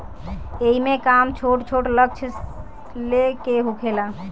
एईमे काम छोट छोट लक्ष्य ले के होखेला